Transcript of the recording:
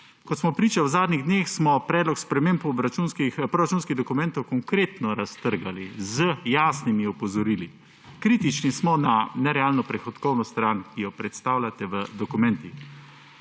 Kot smo priča v zadnjih dneh, smo predlog sprememb proračunskih dokumentov konkretno raztrgali z jasnimi opozorili. Kritični smo na nerealno prihodkovno stran, ki jo predstavljate v dokumentih.